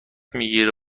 میگیره